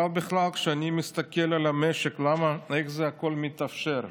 אבל בכלל, כשאני מסתכל על המשק, איך הכול מתאפשר,